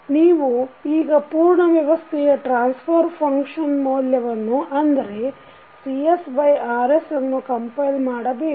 ನೀವು ಈಗ ಪೂರ್ಣ ವ್ಯವಸ್ಥೆಯ ಟ್ರಾನ್ಸ್ಫರ್ ಫಂಕ್ಷನ್ ಮೌಲ್ಯವನ್ನು ಅಂದರೆ Cs Rs ಅನ್ನು ಕಂಪೈಲ್ ಮಾಡಬೇಕು